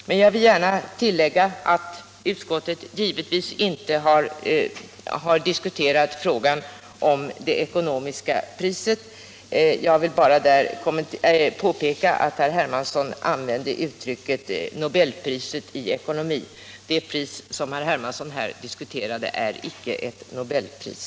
Jag vill gärna tillägga att utskottet givetvis inte har diskuterat frågan om det ekonomiska priset. Jag skall där bara påpeka att herr Hermansson använde uttrycket ”nobelpriset i ekonomi”. Det pris som herr Hermansson här diskuterade är icke ett nobelpris.